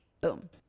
boom